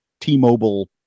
T-Mobile